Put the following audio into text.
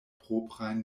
proprajn